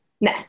No